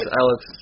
Alex